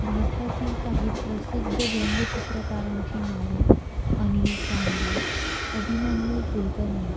भारतातील काही प्रसिद्ध व्यंगचित्रकारांची नावे अनिल टांगे अभिमन्यू कुलकर्णी